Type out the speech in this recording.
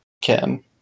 Kim